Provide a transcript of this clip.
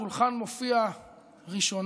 השולחן מופיע ראשונה,